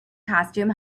costume